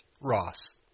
Ross